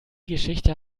geschichte